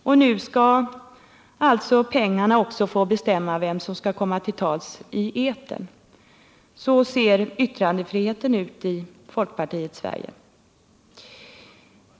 Och nu skall alltså pengarna också få bestämma vem som skall komma till tals i etern. Så ser yttrandefriheten ut i folkpartiets Sverige!